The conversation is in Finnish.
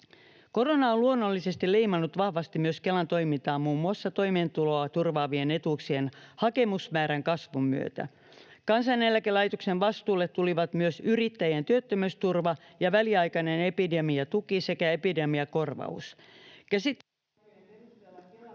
Korona on luonnollisesti leimannut vahvasti myös Kelan toimintaa muun muassa toimeentuloa turvaavien etuuksien hakemusmäärän kasvun myötä. Kansaneläkelaitoksen vastuulle tulivat myös yrittäjien työttömyysturva ja väliaikainen epidemiatuki sekä epidemiakorvaus. Käsittelyaikojen perusteella Kela